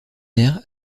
aires